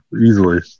easily